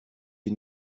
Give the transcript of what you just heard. les